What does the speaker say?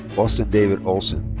austin david olson.